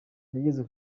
yageze